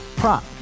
prop